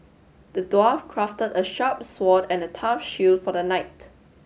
the dwarf crafted a sharp sword and a tough shield for the night